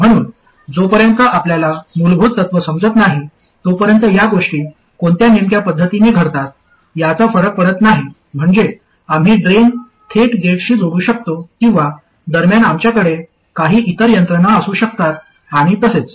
म्हणून जोपर्यंत आपल्याला मूलभूत तत्व समजत नाही तोपर्यंत या गोष्टी कोणत्या नेमक्या पद्धतीने घडतात याचा फरक पडत नाही म्हणजे आम्ही ड्रेन थेट गेटशी जोडू शकतो किंवा दरम्यान आमच्याकडे काही इतर यंत्रणा असू शकतात आणि तसेच